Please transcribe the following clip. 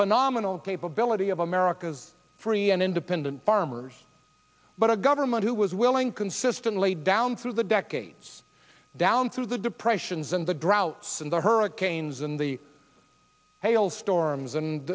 phenomenal capability of america's free and independent farmers but a government who was willing consistently down through the decades down through the depressions and the droughts and the hurricanes in the hailstorms and